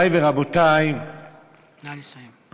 נא לסיים.